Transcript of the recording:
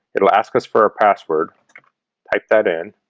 it'll ask us for a password type that in